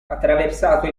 attraversato